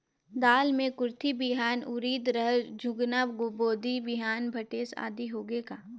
दाल मे कुरथी बिहान, उरीद, रहर, झुनगा, बोदी बिहान भटेस आदि होगे का?